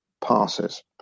passes